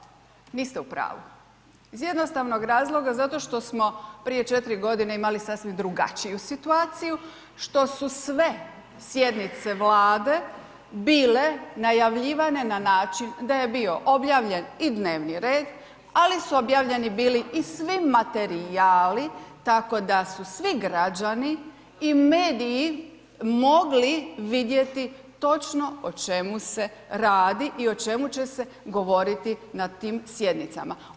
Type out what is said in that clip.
Kolegice Glavak, niste u pravu iz jednostavnog razloga zašto što smo prije 4 godine imali sasvim drugačiju situaciju što su sve sjednice Vlade bile najavljivane na način da je bio objavljen i dnevni red ali su objavljeni bili i svi materijali tako da su svi građani i mediji mogli vidjeti točno o čemu se radi i o čemu će se govoriti na tim sjednicama.